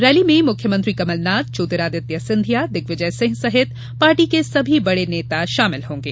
rally में मुख्यमंत्री कमलनाथ ज्योतिरादित्य सिधिया दिग्विजय सिंह सहित पार्टी के सभी बड़े नेता शामिल होंगे